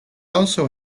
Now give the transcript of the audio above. also